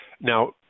Now